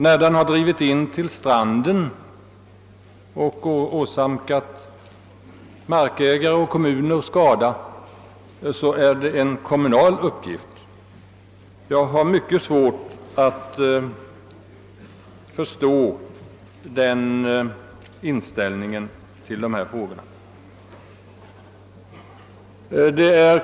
När oljan drivit in till stranden och åsamkat markägare och kommuner skada är det en kommunal uppgift att klara av dessa skador. Jag har mycket svårt att förstå den inställningen till dessa frågor.